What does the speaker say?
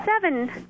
seven